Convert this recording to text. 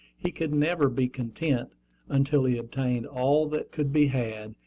he could never be content until he obtained all that could be had,